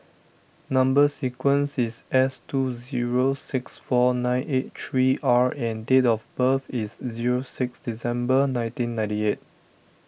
Number Sequence is S two zero six four nine eight three R and date of birth is zero six December nineteen ninety eight